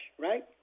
right